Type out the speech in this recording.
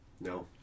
No